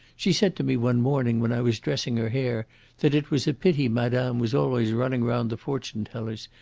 she said to me one morning when i was dressing her hair that it was a pity madame was always running round the fortune-tellers,